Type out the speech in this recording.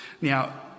Now